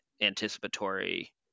anticipatory